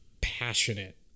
passionate